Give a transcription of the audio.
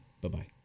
bye-bye